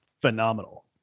phenomenal